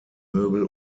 möbel